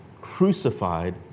crucified